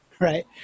right